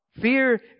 Fear